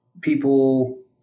people